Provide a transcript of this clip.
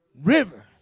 river